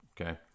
okay